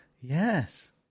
Yes